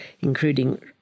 including